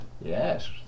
Yes